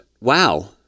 wow